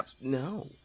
No